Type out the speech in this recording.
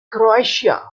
croatia